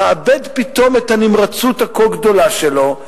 מאבד פתאום את הנמרצות הכה-גדולה שלו,